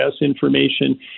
information